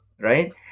right